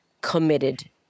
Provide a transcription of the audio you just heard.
committed